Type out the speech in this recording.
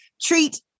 treat